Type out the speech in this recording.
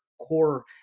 core